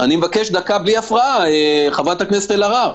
אני מבקש דקה בלי הפרעה, חברת הכנסת אלהרר.